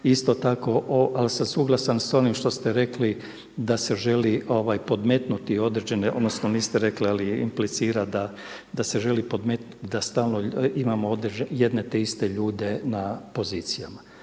Isto tako, ali sam suglasan sa onim što ste rekli da se želi podmetnuti određene, odnosno niste rekli, ali implicira da se želi podmetnuti, da stalno imamo jedne te iste ljude na pozicijama.